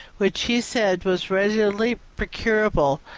which he said was readily procurable